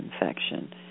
infection